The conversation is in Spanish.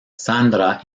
sandra